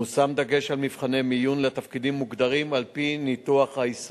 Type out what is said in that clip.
מושם דגש על מבחני מיון לתפקידים מוגדרים על-פי ניתוח העיסוק.